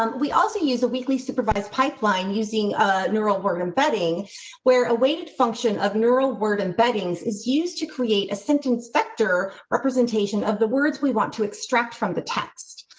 um we also use a weekly supervised pipeline using ah neural work embedding where awaited function of neural word embeddings is used to create a sentence specter representation of the words we want to extract from the text.